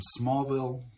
Smallville